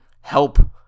help